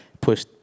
Push